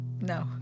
No